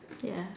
ya